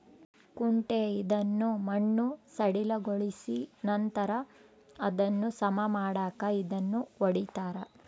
ಕುಂಟೆ ಇದನ್ನು ಮಣ್ಣು ಸಡಿಲಗೊಳಿಸಿದನಂತರ ಅದನ್ನು ಸಮ ಮಾಡಾಕ ಇದನ್ನು ಹೊಡಿತಾರ